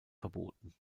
verboten